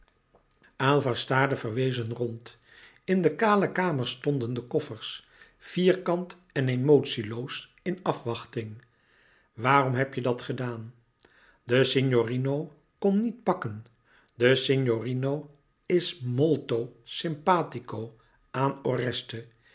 verwezen rond in de kale kamer stonden de koffers vierkant en emotieloos in afwachting waarom heb je dat gedaan de signorino kon niet pakken de signolouis couperus metamorfoze rino is molto simpatico aan